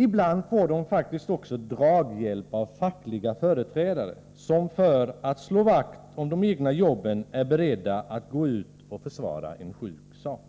Ibland får de faktiskt också draghjälp av fackliga företrädare som — för att slå vakt om de egna jobben — är beredda att gå ut och försvara en sjuk sak.